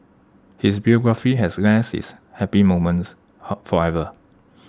his biography has less its happy moments however